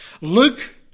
Luke